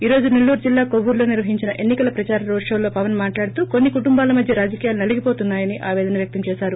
ఈ రోజు నిల్లూరు జిల్లా కోవూరులో నిర్వహించిన ఎన్ని కల ప్రదార రోడ్షోలో పవన్ మాట్లాడుతూ కొన్ని కుటుంబాల మధ్య రాజకీయాలు నలిగిపోతున్నాయని ఆపేదన వ్యక్తంచేశారు